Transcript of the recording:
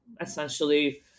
essentially